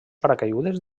paracaigudes